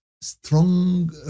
strong